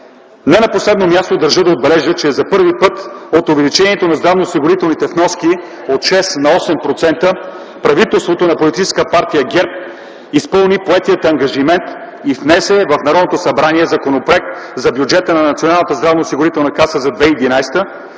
Не на последно място държа да отбележа, че за първи път от увеличението на здравноосигурителните вноски от 6 на 8% правителството на Политическа партия ГЕРБ изпълни поетия ангажимент и внесе в Народното събрание Законопроект за бюджета на Националната здравноосигурителна каса за 2011 г.,